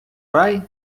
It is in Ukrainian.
рай